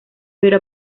pero